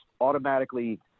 automatically